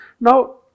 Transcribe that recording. Now